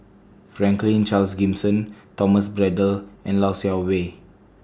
Franklin Charles Gimson Thomas Braddell and Lau Siew Mei